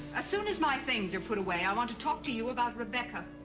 as soon as my things are put away, i want to talk to you about rebecca.